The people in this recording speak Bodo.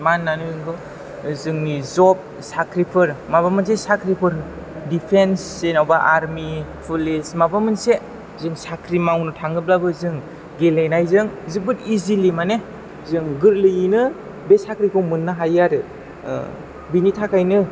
मा होननानै बुङो बेखौ जोंनि जब साख्रिफोर माबा मोनसे साख्रिफोर डिफेनस जेन'बा आर्मि पुलिस माबा मोनसे जों साख्रि मावनो थाङोब्लाबो जों गेलेनायजों जोबोद इजिलि माने जों गोरलैयैनो बे साख्रिखौ मोननो हायो बेनि थाखायनो